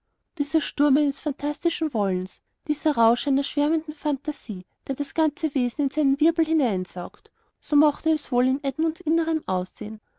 dieser sturm eines phantastischen wollens dieser rausch einer schwärmenden phantasie der das ganze wesen in seinen wirbel hineinsaugt so mochte es wohl in edmunds innerem aussehen